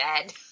dead